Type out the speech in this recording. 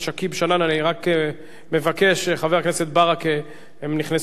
אני רק מבקש, חבר הכנסת ברכה, הם נכנסו באיחור,